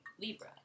Libra